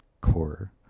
core